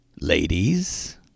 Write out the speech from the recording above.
Ladies